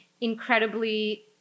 incredibly